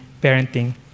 parenting